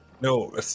No